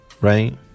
right